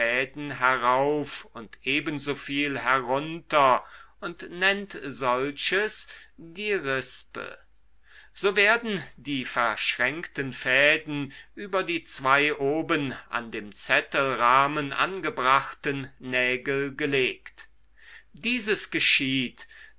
herauf und ebensoviel herunter und nennt solches die rispe so werden die verschränkten fäden über die zwei oben an dem zettelrahmen angebrachten nägel gelegt dieses geschieht